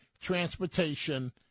transportation